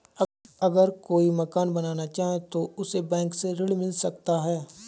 अगर कोई मकान बनाना चाहे तो उसे बैंक से ऋण मिल सकता है?